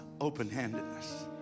open-handedness